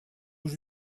haut